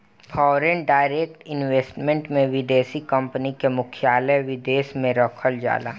foreign direct investment में विदेशी company के मुख्यालय विदेश में रखल जाला